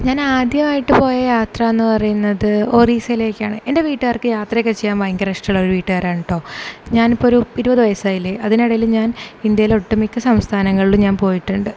ഞാൻ ആദ്യമായിട്ട് പോയ യാത്ര എന്ന് പറയുന്നത് ഒറീസയിലേക്കാണ് എന്റെ വീട്ടുകാർക്ക് യാത്രയൊക്കെ ചെയ്യാൻ ഭയങ്കര ഇഷ്ടം ഉള്ളൊരു വീട്ടുകാരാണ് കേട്ടോ ഞാൻ ഇപ്പോൾ ഒരു ഇരുപത് വയസ്സ് ആയില്ലേ അതിനിടയിൽ ഞാൻ ഇന്ത്യയിലെ ഒട്ടുമിക്ക സംസ്ഥാനങ്ങളിലും ഞാൻ പോയിട്ടുണ്ട്